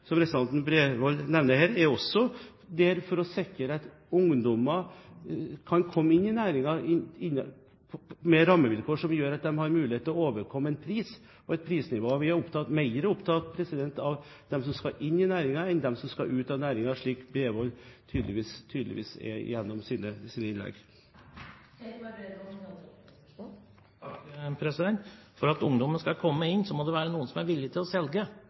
representanten Bredvold nevner her, er der for også å sikre at ungdommer kan komme inn i næringen med rammevilkår som gjør at de har mulighet – til en overkommelig pris, et overkommelig prisnivå. Vi er mer opptatt av dem som skal inn i næringen, enn av dem som skal ut av næringen, slik representanten Bredvold tydeligvis er – gjennom sine innlegg. For at ungdommen skal komme inn, må det være noen som er villig til å selge,